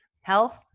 health